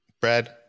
Brad